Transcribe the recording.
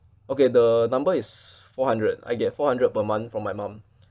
okay the number is four hundred I get four hundred per month from my mum